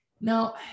Now